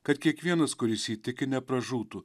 kad kiekvienas kuris jį tiki nepražūtų